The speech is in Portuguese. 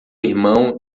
irmão